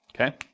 Okay